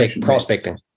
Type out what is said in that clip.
prospecting